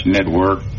Network